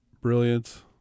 brilliant